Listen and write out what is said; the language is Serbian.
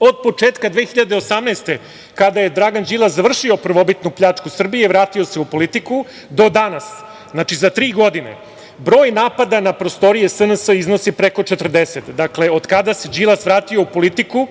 Od početka 2018. godine kada je Dragan Đilas završio prvobitnu pljačku Srbije, vratio se u politiku, do danas, znači, za tri godine, broj napada na prostorije SNS iznosi preko 40. Dakle, od kada se Đilas vratio u politiku,